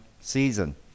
season